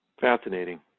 Fascinating